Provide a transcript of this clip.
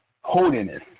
holiness